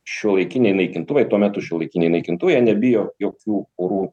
šiuolaikiniai naikintuvai tuo metu šiuolaikiniai naikintuvai nebijo jokių orų